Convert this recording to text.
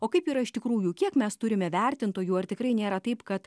o kaip yra iš tikrųjų kiek mes turime vertintojų ar tikrai nėra taip kad